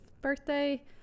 birthday